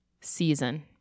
season